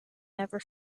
never